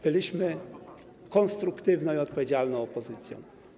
Byliśmy konstruktywną i odpowiedzialną opozycją.